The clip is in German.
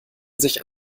sich